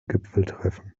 gipfeltreffen